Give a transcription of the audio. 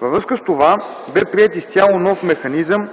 Във връзка с това бе приет изцяло нов механизъм